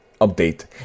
update